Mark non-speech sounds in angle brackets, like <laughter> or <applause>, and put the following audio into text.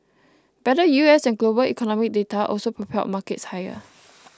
better U S and global economic data also propelled markets higher <noise>